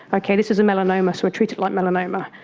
okay, this is a melanoma so treat it like melanoma.